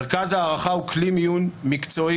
מרכז הערכה הוא כלי מיון מקצועי,